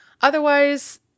Otherwise